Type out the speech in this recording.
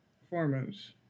performance